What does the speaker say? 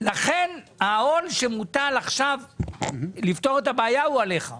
לכן העול שמוטל עכשיו לפתור את הבעיה הוא עליך.